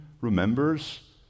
remembers